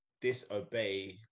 disobey